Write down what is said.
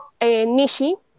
Nishi